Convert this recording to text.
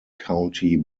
county